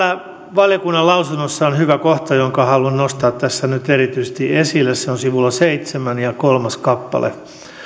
valiokunnan lausunnossa on hyvä kohta jonka erityisesti haluan nostaa tässä esille se on sivulla seitsemän ja kolmas kappale